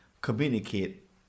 communicate